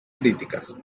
críticas